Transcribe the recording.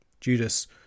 Judas